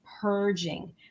purging